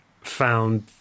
found